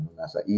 nasa